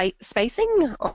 spacing